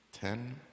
Ten